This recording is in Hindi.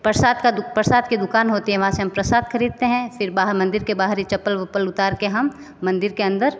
प्रसाद का दुक प्रसाद की दुकान होती है वहाँ से हम प्रसाद खरीदते हैं फिर बाहर मंदिर के बाहर ही चप्पल वप्पल उतार के हम मंदिर के अंदर